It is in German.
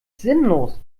sinnlos